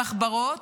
המחברות,